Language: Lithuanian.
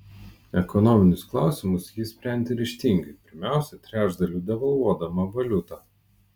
ekonominius klausimus ji sprendė ryžtingai pirmiausia trečdaliu devalvuodama valiutą